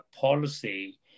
policy